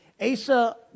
Asa